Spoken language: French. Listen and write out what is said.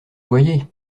voyez